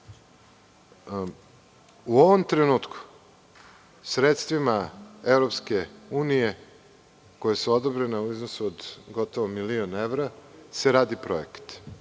ovom trenutku, sredstvima EU koja su odobrena u iznosu od gotovo milion evra se radi projekat.